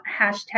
hashtag